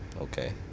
okay